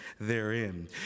therein